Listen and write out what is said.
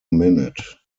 minute